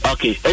Okay